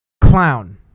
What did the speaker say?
Clown